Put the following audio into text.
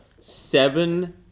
seven